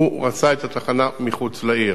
עשה את התחנה מחוץ לעיר.